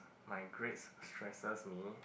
my grades stresses me